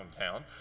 hometown